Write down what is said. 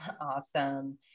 Awesome